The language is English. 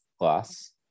plus